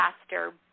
faster